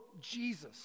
jesus